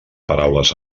paraules